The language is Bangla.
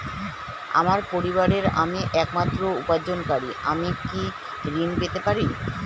আমার পরিবারের আমি একমাত্র উপার্জনকারী আমি কি ঋণ পেতে পারি?